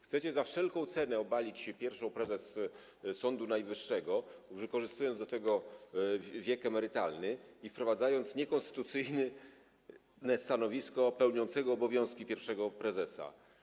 Chcecie za wszelką cenę obalić pierwszą prezes Sądu Najwyższego, wykorzystując do tego wiek emerytalny i wprowadzając niekonstytucyjne stanowisko pełniącego obowiązki pierwszego prezesa.